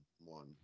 one